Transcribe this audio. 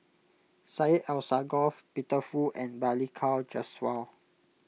Syed Alsagoff Peter Fu and Balli Kaur Jaswal